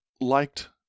liked